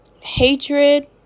hatred